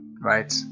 right